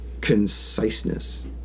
conciseness